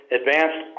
advanced